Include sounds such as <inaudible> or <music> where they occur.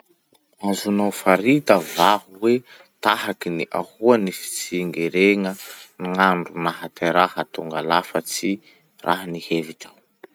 Azonao farita va <noise> hoe tahaky gny ahoa ny fitsengerena <noise> gn'andro nahateraha tonga lafatsy raha ny hevitrao?